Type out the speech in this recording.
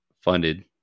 funded